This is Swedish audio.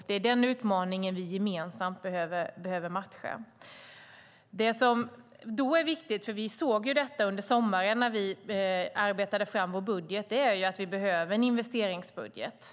Det är denna utmaning som vi gemensamt behöver matcha. Vi såg detta under sommaren när vi arbetade fram vår budget, och det som då är viktigt är att vi behöver en investeringsbudget.